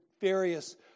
various